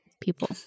people